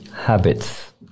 habits